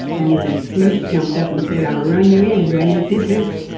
and the police jumped up and said, i'll run you in. when he did this,